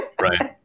Right